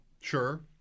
Sure